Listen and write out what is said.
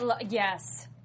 Yes